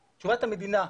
לבג"צ,